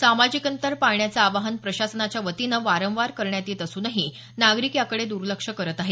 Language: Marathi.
सामाजिक अंतर पाळण्याचं आवाहन प्रशासनाच्या वतीनं वारंवार करण्यात येत असूनही नागरिक याकडे दर्लक्ष करत आहेत